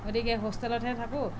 গতিকে হোষ্টেলতহে থাকোঁ